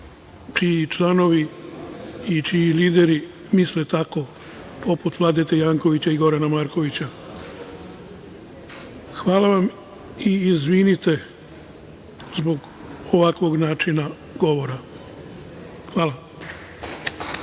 čiji članovi i lideri misle tako, poput Vladete Jankovića i Gorana Markovića. Hvala vam i izvinite zbog ovakvog načina govora. Hvala.